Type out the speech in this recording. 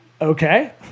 okay